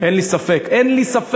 אין לי ספק, אין לי ספק.